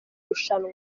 rushanwa